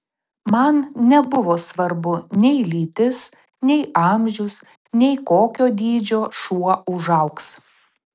man nebuvo svarbu nei lytis nei amžius nei kokio dydžio šuo užaugs